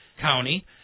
County